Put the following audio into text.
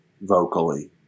vocally